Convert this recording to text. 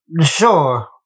sure